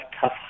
tough